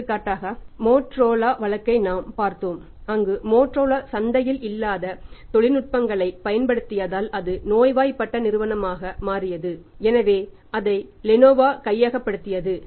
எடுத்துக்காட்டாக மோட்டோரோலா வழக்கை நாம் பார்த்தோம் அங்கு மோட்டோரோலா சந்தையில் இல்லாத தொழில்நுட்பங்களைப் பயன்படுத்தியதால் அது நோய்வாய்ப்பட்ட நிறுவனமாக மாறியது எனவே அதை லெனோவா கையகப்படுத்தியது